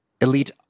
elite